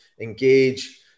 engage